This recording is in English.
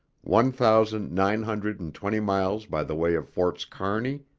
one thousand nine hundred and twenty miles by the way of forts kearney,